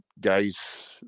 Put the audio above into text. guys